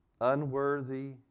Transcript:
unworthy